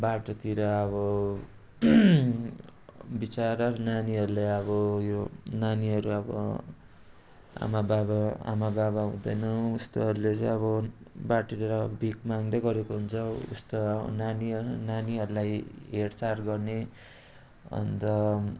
बाटोतिर अब विचरा नानीहरूलाई अब यो नानीहरू अब आमाबाबा आमाबाबा हुँदैन उस्तोहरूले चाहिँ अब बाटी लिएर भिख माग्दै गरेको हुन्छ उस्ता नानी नानीहरूलाई हेरचार गर्ने अन्त